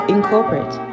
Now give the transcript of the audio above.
Incorporate